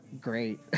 great